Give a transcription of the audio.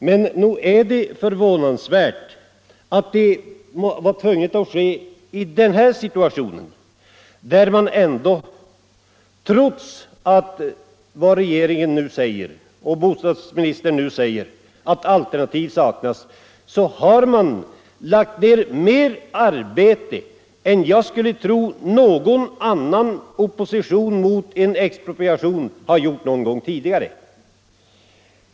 Men nog är det förvånansvärt att det måste ske i den här situationen. Trots att bostadsministern nu säger att alternativ saknas har oppositionen mot en expropriation i detta fall lagt ner mer arbete än jag skulle tro ha förekommit någon annanstans någon gång tidigare.